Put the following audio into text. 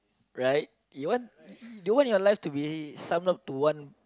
right you want you want your life to be sum up to one